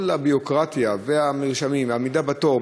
כל הביורוקרטיה והמרשמים והעמידה בתור,